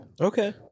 Okay